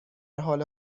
حال